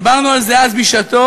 דיברנו על זה, אז, בשעתו,